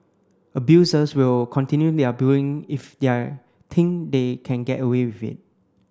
abusers will continue their bullying if they think they can get away with it